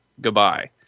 Goodbye